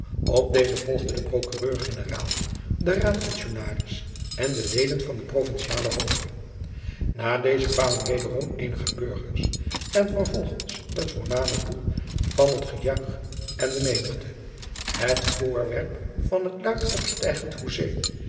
op deze volgden de procureur-generaal de raadpensionaris en de leden van den provinciale hove na deze kwamen wederom eenige burgers en vervolgens het voorname doel van het gejuich en de menigte het voorwerp van het luid opstijgend hoezee